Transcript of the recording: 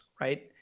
right